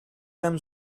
them